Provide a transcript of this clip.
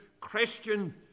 Christian